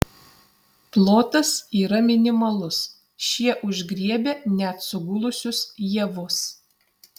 plotas yra minimalus šie užgriebia net sugulusius javus